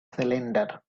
cylinder